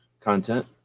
content